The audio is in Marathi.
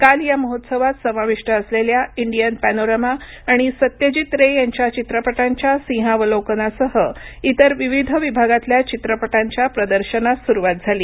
काल या महोत्सवात समाविष्ट असलेल्या इंडियन पॅनोरमा आणि सत्यजीत रे यांच्याचित्रपटांच्या सिंहावलोकनासह इतर विविध विभागांतील चित्रपटांच्या प्रदर्शनाससुरुवात झाली